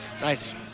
Nice